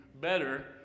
better